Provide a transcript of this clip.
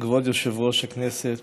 כבוד יושב-ראש הכנסת.